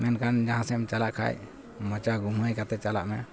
ᱢᱮᱱᱠᱷᱟᱱ ᱡᱟᱦᱟᱸ ᱥᱮᱫ ᱮᱢ ᱪᱟᱞᱟᱜ ᱠᱷᱟᱱ ᱢᱚᱪᱟ ᱜᱩᱢᱦᱟᱹᱭ ᱠᱟᱛᱮᱫ ᱪᱟᱞᱟᱜ ᱢᱮ